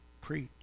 preach